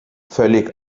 völlig